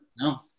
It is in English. No